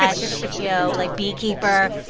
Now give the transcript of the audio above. slash, you know, like, beekeeper.